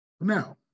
Now